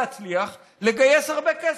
ולהצליח, לגייס הרבה כסף,